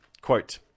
quote